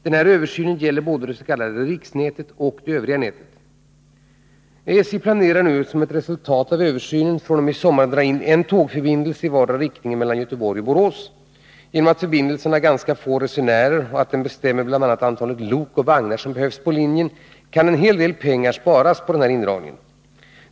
Den här översynen gäller både det s.k. riksnätet och det övriga nätet. 57 SJ planerar nu att som ett resultat av översynen fr.o.m. i sommar dra in en tågförbindelse i vardera riktningen mellan Göteborg och Borås. Genom att förbindelsen har ganska få resenärer och genom att den bestämmer bl.a. antalet lok och vagnar som behövs på linjen kan en hel del pengar sparas på indragningen.